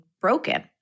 broken